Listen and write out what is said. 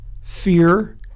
fear